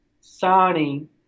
signing